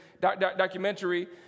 documentary